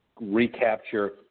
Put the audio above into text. Recapture